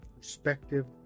perspective